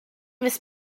miss